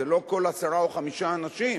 זה לא כל עשרה או חמישה אנשים,